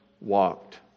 walked